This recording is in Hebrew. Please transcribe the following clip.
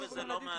זה לא נכון,